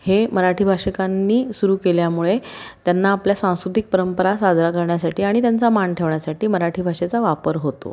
हे मराठी भाषिकांनी सुरू केल्यामुळे त्यांना आपल्या सांस्कृतिक परंपरा साजरा करण्यासाठी आणि त्यांचा मान ठेवण्यासाठी मराठी भाषेचा वापर होतो